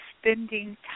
spending